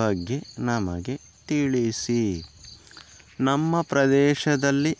ಬಗ್ಗೆ ನಮಗೆ ತಿಳಿಸಿ ನಮ್ಮ ಪ್ರದೇಶದಲ್ಲಿ